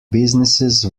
businesses